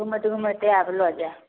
घुमैत घुमैत आएब लऽ जाएब